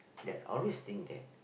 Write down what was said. that's always think that